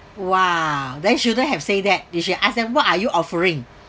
!wow! then shouldn't have say that you should ask them what are you offering